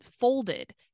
folded